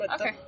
Okay